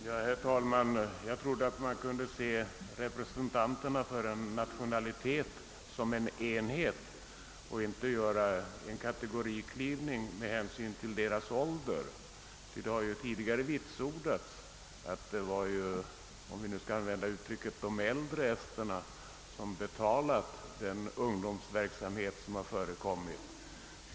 Herr talman! Jag trodde att man kunde se representanterna för en nationalitet som en enhet och inte skulle behöva göra en kategoriklyvning med hänsyn till deras ålder. Det har ju tidigare vitsordats att det varit de äldre bland esterna som betalat den ungdomsverksamhet som förekommit.